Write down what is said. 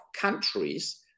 countries